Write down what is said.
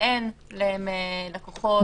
שאין להם לקוחות,